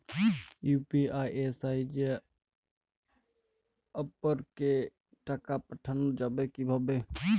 UPI এর সাহায্যে অপরকে টাকা পাঠানো যাবে কিভাবে?